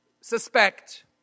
suspect